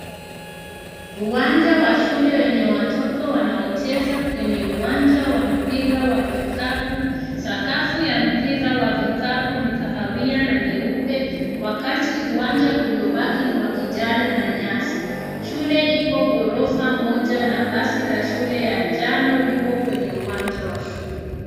Uwanja wa shule wenye watoto wanaocheza kwenye uwanja wa mpira wa vikapu. Sakafu ya mpira wa vikapu ni kahawia na nyeupe wakati uwanja uliobaki ni wa kijani na nyasi. Shule iko ghorofa moja na basi la shule ya njano liko kwenye uwanja wa shule.